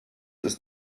ist